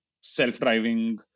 self-driving